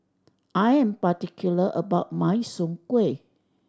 I am particular about my Soon Kueh